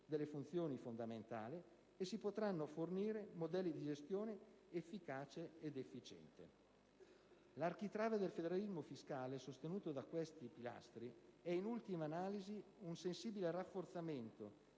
delle funzioni fondamentali e si potranno fornire modelli di gestione efficace ed efficiente. L'architrave del federalismo fiscale, sostenuto da questi pilastri, è, in ultima analisi, un sensibile rafforzamento